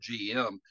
gm